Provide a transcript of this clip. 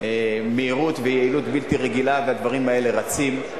מהירות ויעילות בלתי רגילה, והדברים האלה רצים.